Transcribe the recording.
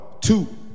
two